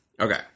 Okay